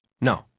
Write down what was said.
No